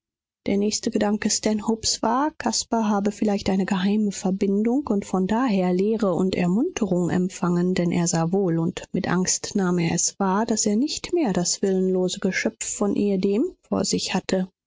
der nächste gedanke stanhopes war caspar habe vielleicht eine geheime verbindung und von daher lehre und ermunterung empfangen denn er sah wohl und mit angst nahm er es wahr daß er nicht mehr das willenlose geschöpf von ehedem vor sich hatte